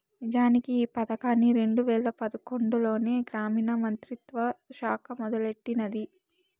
నిజానికి ఈ పదకాన్ని రెండు వేల పదకొండులోనే గ్రామీణ మంత్రిత్వ శాఖ మొదలెట్టినాది